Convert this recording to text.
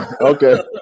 Okay